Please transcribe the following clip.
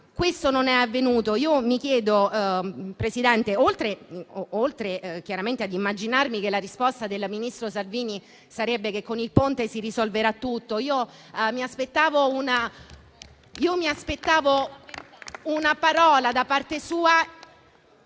però, non è avvenuto. Io mi aspettavo, Presidente, oltre chiaramente ad immaginarmi che la risposta del ministro Salvini sarebbe che con il Ponte si risolverà tutto, una parola da parte sua